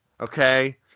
Okay